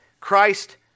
Christ